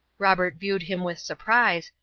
robert viewed him with surprise,